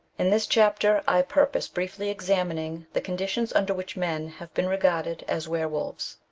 in this chapter i purpose briefly examining the con ditions under which men have been regarded as were wolves.